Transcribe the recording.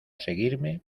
seguirme